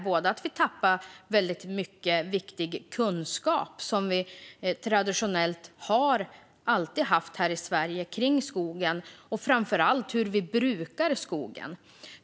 Det gäller att vi tappar väldigt mycket viktig kunskap som vi traditionellt alltid har haft här i Sverige om skogen, och framför allt hur vi brukar skogen.